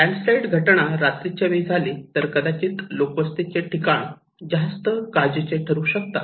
landslide घटना रात्रीच्या वेळी झाली तर कदाचित लोकवस्तीची ठिकाण जास्त काळजीचे ठरू शकतात